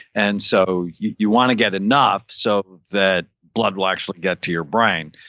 and so you you want to get enough so that blood will actually get to your brain,